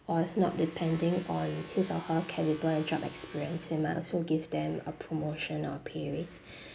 or if not depending on his or her calibre and job experience we might also give them a promotion or a pay raise